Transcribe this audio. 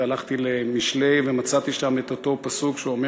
והלכתי למשלי ומצאתי שם את אותו פסוק שאומר